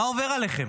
מה עובר עליכם?